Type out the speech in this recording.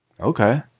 Okay